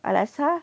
al-azhar